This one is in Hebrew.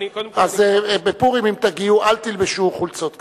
אם תגיעו בפורים, אל תלבשו חולצות קצרות.